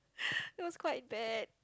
it was quite bad